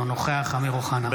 אינו נוכח אמיר אוחנה,